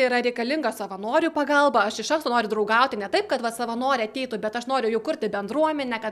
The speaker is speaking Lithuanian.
yra reikalinga savanorių pagalba aš iš anksto noriu draugauti ne taip kad va savanorė ateitų bet aš noriu įkurti bendruomenę kad